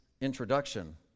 introduction